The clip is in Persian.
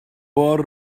بار